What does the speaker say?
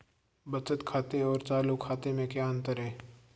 बचत खाते और चालू खाते में क्या अंतर है?